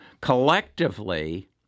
collectively